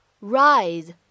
rise